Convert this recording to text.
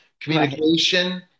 communication